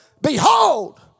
behold